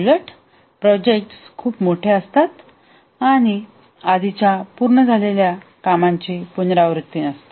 याउलट प्रोजेक्ट खूप मोठे आहेत आणि आधीच्या पूर्ण झालेल्या कामांची पुनरावृत्ती नाही